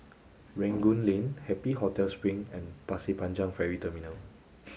Rangoon Lane Happy Hotel Spring and Pasir Panjang Ferry Terminal